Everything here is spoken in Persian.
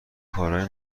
کارای